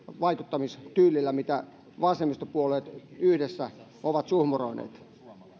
vaikuttamistyylillä miten vasemmistopuolueet yhdessä ovat suhmuroineet